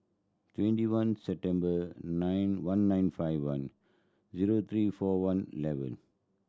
twenty one September nine one nine five one zero three four one eleven